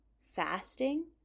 fasting